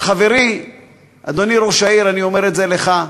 חברי אדוני ראש העיר, אני אומר את זה לך,